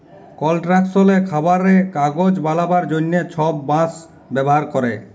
কলস্ট্রাকশলে, খাবারে, কাগজ বালাবার জ্যনহে ছব বাঁশ ব্যাভার ক্যরে